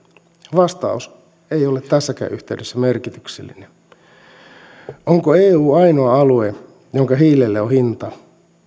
vastaus ei ole tässäkään yhteydessä merkityksellinen onko eu ainoa alue jonka hiilelle on hinta